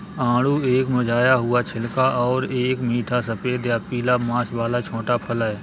आड़ू एक मुरझाया हुआ छिलका और एक मीठा सफेद या पीला मांस वाला छोटा फल है